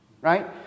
right